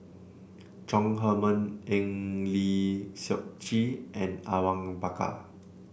Chong Heman Eng Lee Seok Chee and Awang Bakar